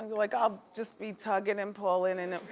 like i'll just be tuggin' and pullin' and.